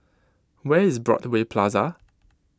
where is Broadway Plaza